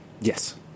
Yes